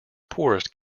poorest